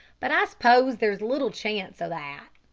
but i s'pose there's little chance o' that.